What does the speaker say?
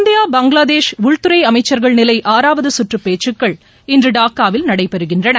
India Bangladesh உள்துறைஅமைச்சர்கள் நிலைஆறாவதுசுற்றுப் பேச்சுக்கள் இன்றுடாக்காவில் நடைபெறுகின்றன